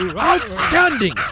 Outstanding